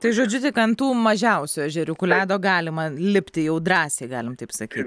tai žodžiu tik ant tų mažiausių ežeriukų ledo galima lipti jau drąsiai galim taip sakyt